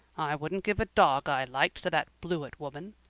i wouldn't give a dog i liked to that blewett woman,